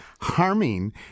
harming